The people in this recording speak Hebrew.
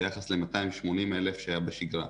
ביחס ל-280,000 שהיו בשגרה.